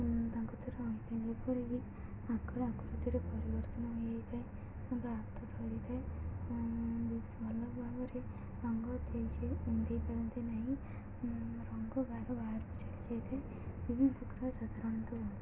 ତାଙ୍କ ଦ୍ୱାରା ଯେପରିକି ଆଖର ଆକୃତିରେ ପରିବର୍ତ୍ତନ ହୋଇଯାଇ ଥାଏ ତାଙ୍କ ହାତ ଥରି ଥାଏ ଭଲ ଭାବରେ ରଙ୍ଗ ଦେଇ ଦେଇ ପାରନ୍ତି ନାହିଁ ରଙ୍ଗ ବାହାର ବାହାରକୁ ଚାଲିଯାଇ ଥାଏ ବିଭିନ୍ନ ପ୍ରକାର ସାଧାରଣତଃ